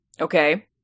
Okay